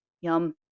yum